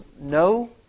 no